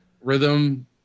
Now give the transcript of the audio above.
rhythm